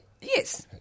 Yes